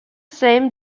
same